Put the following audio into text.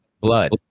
blood